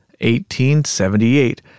1878